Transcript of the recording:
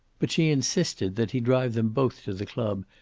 but she insisted that he drive them both to the club,